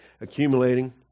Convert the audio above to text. accumulating